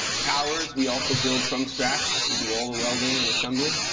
towers we also built from scratch. we do all the welding and assembly.